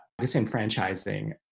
disenfranchising